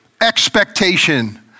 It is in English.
expectation